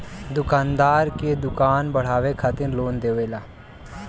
दुकानदार के दुकान बढ़ावे खातिर लोन देवेला